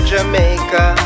Jamaica